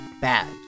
Bad